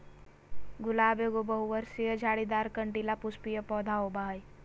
गुलाब एगो बहुवर्षीय, झाड़ीदार, कंटीला, पुष्पीय पौधा होबा हइ